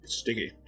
sticky